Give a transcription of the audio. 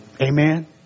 Amen